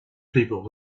people